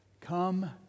Come